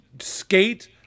skate